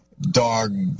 dog